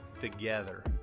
together